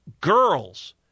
girls